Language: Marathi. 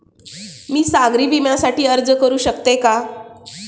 मी सागरी विम्यासाठी अर्ज करू शकते का?